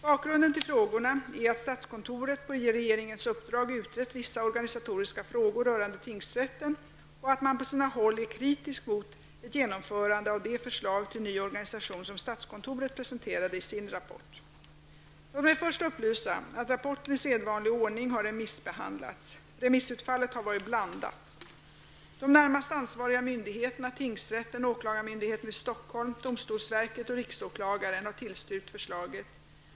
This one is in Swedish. Bakgrunden till frågorna är att statskontoret på regeringens uppdrag utrett vissa organisatoriska frågor rörande tingsrätten och att man på sina håll är kritisk mot ett genomförande av det förslag till ny organisation som statskontoret presenterat i sin rapport . Låt mig först upplysa om att rapporten i sedvanlig ordning har remissbehandlats. Remissutfallet har varit blandat. De närmast ansvariga myndigheterna -- tingsrätten, åklagarmyndigheten i Stockholm, domstolsverket och riksåklagaren -- har tillstyrkt förslaget.